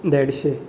देडशें